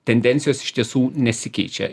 tendencijos iš tiesų nesikeičia